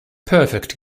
perfect